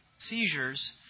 seizures